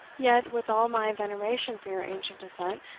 yet, with all my veneration for your ancient descent,